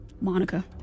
Monica